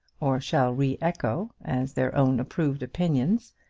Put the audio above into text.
or shall re-echo as their own approved opinions.